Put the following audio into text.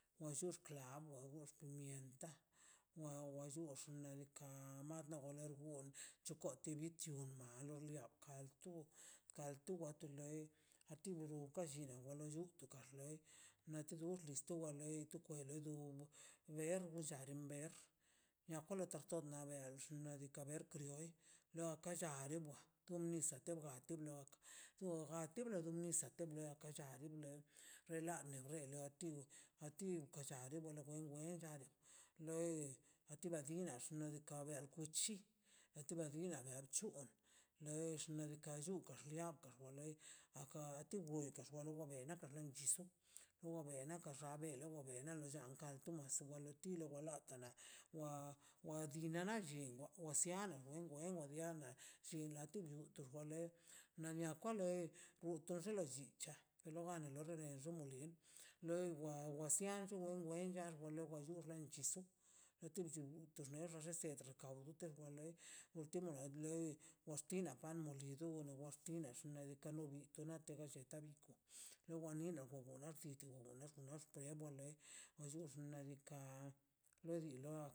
Wa xux klavo wa xox pimienta nxux kani ka la rgug chocote bi chuma te kantu kaltu wa kunei anti bru wallino kalo lli war lei tu kwader lo de leer wa ller ver niaj kole tajtoj nabe xnaꞌ diikaꞌ bel krioi lo ka llalə tu misa tebja te nok te anti nisaꞌ te ga cha ner rela re nu a ti a ti llale wongalə loi an ti wan tixa kuchi an ti wa bida nad c̱huoei xnaꞌ diikaꞌ du kordiako wa wa dia na nachi benwa na siana ben benwa sin la tiu xwale na nia kwa lei gu to lollicha to lo bane lo reden lo molin loi wa wasian wa wen ga lo wa llur chisu de tu sir wa pan molido xnaꞌ diikaꞌ na ter galleta lo wan li no wa lei ni chiux ka lo di lo ga.